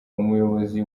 umuyobozi